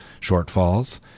shortfalls